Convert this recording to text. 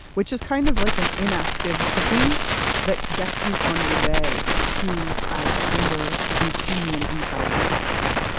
which is kind of like an inactive cooking that gets you on your way to as tender and creamy an inside as possible.